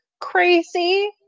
crazy